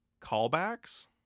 callbacks